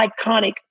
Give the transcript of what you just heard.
iconic